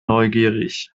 neugierig